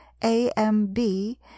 AMB